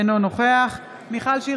אינו נוכח מיכל שיר